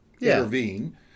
intervene